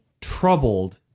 troubled